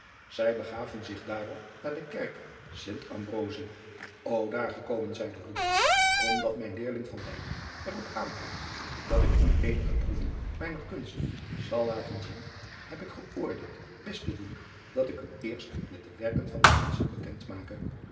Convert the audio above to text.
zij begaven zich daarop naar de kerk st ambrosi o daar gekomen zeide rubbens omdat mijn leerling van dijk er op aandringt dat ik u eenige proeven mijner kunst zal laten zien heb ik geoordeeld best te doen dat ik u eerst met de werken van mijn penseel bekend make